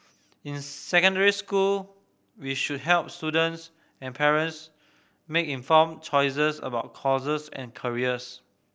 in secondary school we should help students and parents make informed choices about courses and careers